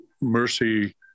Mercy